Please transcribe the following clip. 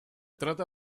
trata